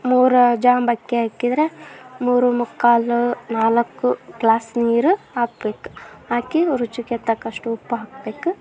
ಮೂರು ಜಾಂಬಕ್ಕಿ ಹಾಕಿದ್ರ ಮೂರೂ ಮುಕ್ಕಾಲು ನಾಲ್ಕು ಗ್ಲಾಸ್ ನೀರು ಹಾಕ್ಬೇಕ್ ಹಾಕಿ ರುಚಿಗೆ ತಕ್ಕಷ್ಟು ಉಪ್ಪು ಹಾಕಬೇಕು